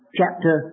chapter